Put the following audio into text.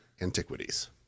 Antiquities